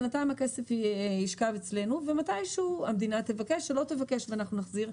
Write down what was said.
בינתיים הכסף ישכב אצלנו ומתישהו המדינה תבקש או לא תבקש ואנחנו נחזיר.